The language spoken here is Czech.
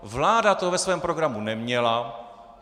Vláda to ve svém programu neměla.